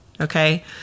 okay